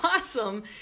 awesome